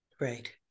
right